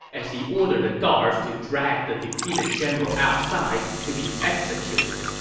as he ordered the guards to drag the defeated general outside to be executed.